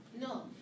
No